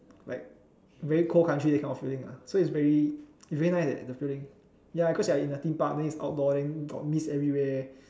like very cold country that kind of feeling ah so it's very it's very nice eh the feeling ya cause you're in a theme park then it's outdoor then got mist everywhere